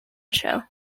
show